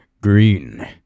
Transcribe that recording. green